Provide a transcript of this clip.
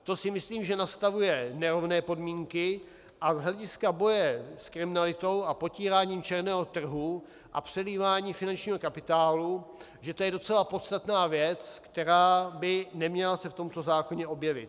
To si myslím, že nastavuje nerovné podmínky a z hlediska boje s kriminalitou a potírání černého trhu a přelévání finančního kapitálu je to docela podstatná věc, která by se neměla v tomto zákoně objevit.